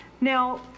Now